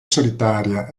solitaria